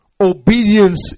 obedience